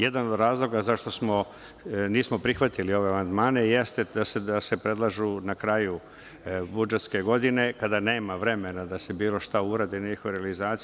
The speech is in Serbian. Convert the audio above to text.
Jedan od razloga zašto nismo prihvatili ove amandmane jeste da se predlažu na kraju budžetske godine, kada nema vremena da se bilo šta uradi na njihovoj realizaciji.